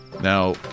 Now